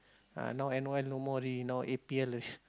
now n_o_l no more already now n_p_l